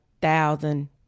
thousand